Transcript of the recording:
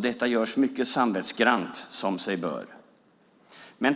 Detta görs mycket samvetsgrant, som sig bör.